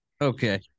okay